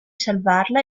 salvarla